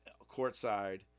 courtside